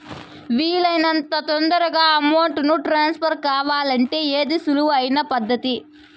వీలు అయినంత తొందరగా అమౌంట్ ను ట్రాన్స్ఫర్ కావాలంటే ఏది సులువు అయిన పద్దతి